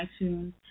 iTunes